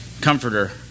comforter